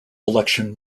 election